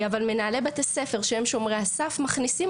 אבל מנהלי בתי ספר שהם שומרי הסף מכניסים